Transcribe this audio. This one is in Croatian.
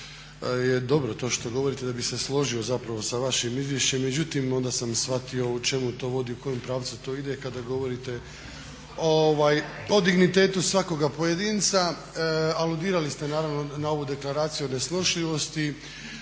je dobro to što govorite, da bih se složio zapravo sa vašim izvješćem, međutim onda sam shvatio čemu to vodi, u kojem pravcu to ide kada govorite o dignitetu svakoga pojedinca. Aludirali ste naravno na ovu Deklaraciju o nesnošljivosti